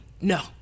no